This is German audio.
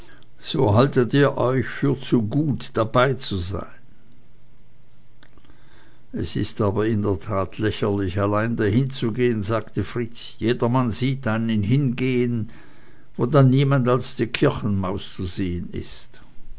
so haltet ihr euch für zu gut dabeizusein es ist aber in der tat lächerlich allein dahin zu gehen sagte fritz jedermann sieht einen hingehen wo dann niemand als die kirchenmaus zu sehen ist